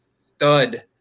stud